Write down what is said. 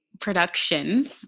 production